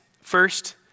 First